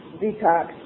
detox